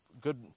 good